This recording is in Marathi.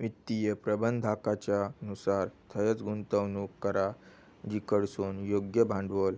वित्तीय प्रबंधाकाच्या नुसार थंयंच गुंतवणूक करा जिकडसून योग्य भांडवल